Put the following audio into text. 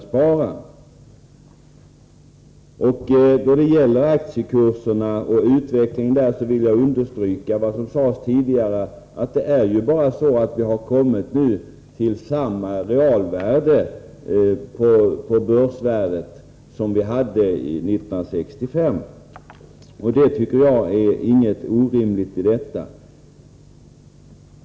Beträffande utvecklingen av aktiekurserna vill jag understryka vad som sades tidigare: Situationen är bara den att de nu har kommit upp till samma realvärde på börsen som de hade år 1965. Jag tycker inte det är något orimligt i detta.